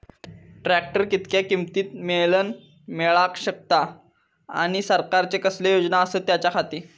Tractor कितक्या किमती मरेन मेळाक शकता आनी सरकारचे कसले योजना आसत त्याच्याखाती?